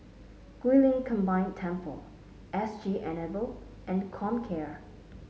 Guilin Combined Temple S G Enable and Comcare